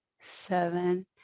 seven